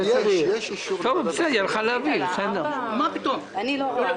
יודעת אבל אני לא ראיתי.